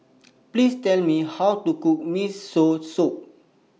Please Tell Me How to Cook Miso Soup